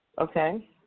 Okay